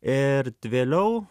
ir vėliau